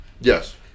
Yes